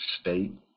state